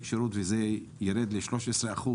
שירות ושירדו למהירות נסיעה של 13 קמ"ש.